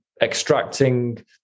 extracting